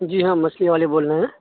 جی ہاں مچھلی والے بول رہے ہیں